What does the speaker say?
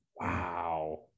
Wow